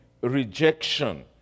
rejection